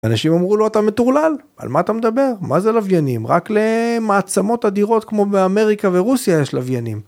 אנשים אמרו לו אתה מטורלל, על מה אתה מדבר? מה זה לוויינים? רק למעצמות אדירות כמו אמריקה ורוסיה יש לוויינים.